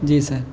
جی سر